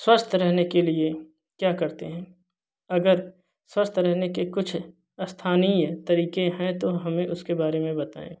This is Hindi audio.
स्वस्थ रहने के लिए क्या करते हैं अगर स्वस्थ रहने के कुछ स्थानीय तरीके हैं तो हमें उसके बारे में बताएँ